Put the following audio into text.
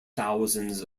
thousands